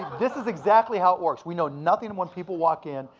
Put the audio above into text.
this is exactly how it works. we know nothing and when people walk in.